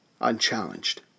unchallenged